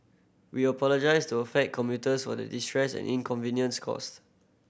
we apologise to affected commuters for the distress and inconvenience caused